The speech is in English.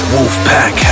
Wolfpack